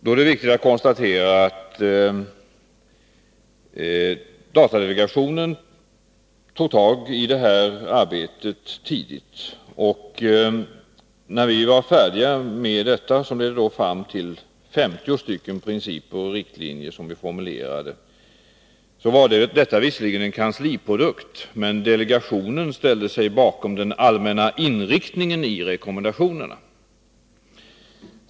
Det är då viktigt att konstatera att när datadelegationen snabbt påbörjade arbetet, som ledde fram till att 50 principer och riktlinjer formulerades, så var detta visserligen en kansliprodukt, men delegationen ställde sig bakom den allmänna inriktningen i rekommendationerna.